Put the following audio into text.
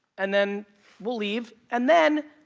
and then we'll leave. and then,